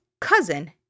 cousin